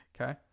Okay